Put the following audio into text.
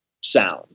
sound